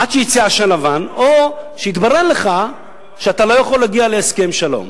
עד שיצא עשן לבן או שיתברר לך שאתה לא יכול להגיע להסכם שלום.